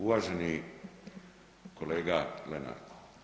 Uvaženi kolega Lenart.